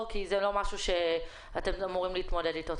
כי זה לא משהו שאתם אמורים להתמודד אתו.